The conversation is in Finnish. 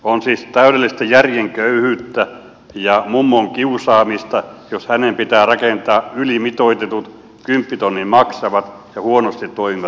on siis täydellistä järjen köyhyyttä ja mummon kiusaamista jos hänen pitää rakentaa ylimitoitetut kymppitonnin maksavat ja huonosti toimivat systeemit